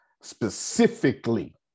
specifically